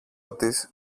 της